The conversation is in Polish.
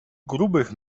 grubych